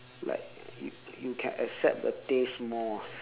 like you you can accept the taste more ah